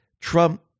Trump